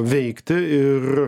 veikti ir